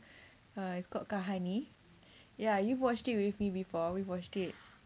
uh it's called kahani ya you've watched it with me before we've watched it